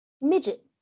Midget